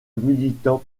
militant